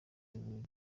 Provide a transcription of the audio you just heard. byo